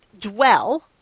dwell